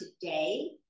today